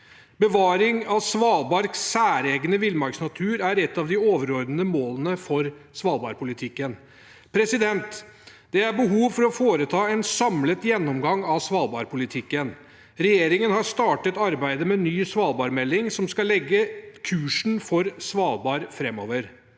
Bevaring av Svalbards særegne villmarksnatur er et av de overordnede målene for svalbardpolitikken. Det er behov for å foreta en samlet gjennomgang av svalbardpolitikken. Regjeringen har startet arbeidet med ny svalbardmelding, som skal legge kursen for Svalbard framover.